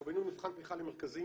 אנחנו באים עם מבחן תמיכה למרכזים